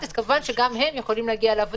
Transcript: אני מתכוון לכך שמותר היה לבן משפחה אחד